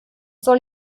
soll